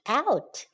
out